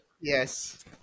Yes